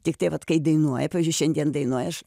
tiktai vat kai dainuoja pavyzdžiui šiandien dainuoja aš